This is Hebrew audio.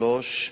63),